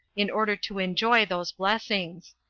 in order to enjoy those blessings.